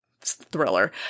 thriller